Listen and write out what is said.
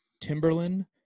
Timberland